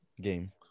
game